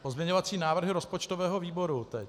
Pozměňovací návrhy rozpočtového výboru teď.